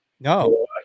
No